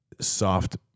soft